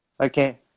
okay